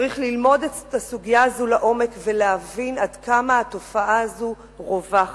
צריך ללמוד את הסוגיה הזו לעומק ולהבין עד כמה התופעה הזו רווחת.